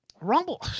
Rumble